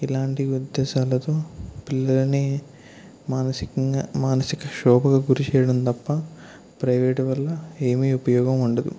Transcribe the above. ఇలాంటి ఉద్దేశాలతో పిల్లలని మానసికంగా మానసిక క్షోభకు గురిచేయడం తప్ప ప్రైవేటు వల్ల ఏమీ ఉపయోగం ఉండదు